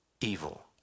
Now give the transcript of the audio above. evil